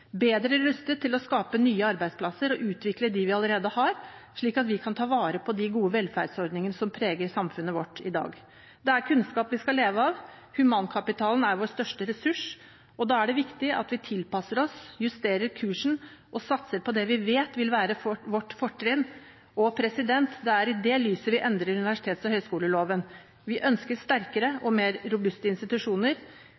bedre rustet til å skape nye arbeidsplasser og utvikle dem vi allerede har, slik at vi kan ta vare på de gode velferdsordningene som preger samfunnet vårt i dag. Det er kunnskap vi skal leve av, humankapitalen er vår største ressurs. Da er det viktig at vi tilpasser oss, justerer kursen og satser på det vi vet vil være vårt fortrinn – og det er i det lyset vi endrer universitets- og høyskoleloven: Vi ønsker sterkere